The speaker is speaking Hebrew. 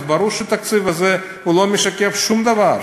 אז ברור שהתקציב הזה לא משקף שום דבר.